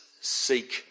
seek